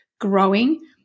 growing